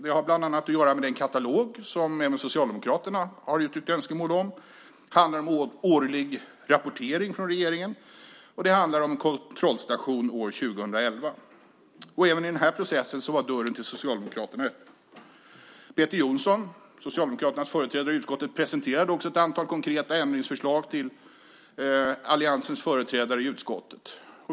Det har bland annat att göra med den katalog som även Socialdemokraterna har uttryckt önskemål om. Det handlar om årlig rapportering från regeringen. Det handlar om kontrollstation år 2011. Även i den här processen var dörren till Socialdemokraterna öppen. Peter Jonsson, Socialdemokraternas företrädare i utskottet, presenterade också ett antal konkreta ändringsförslag för alliansens företrädare i utskottet.